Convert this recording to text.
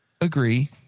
Agree